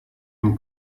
atm